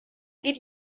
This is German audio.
geht